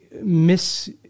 miss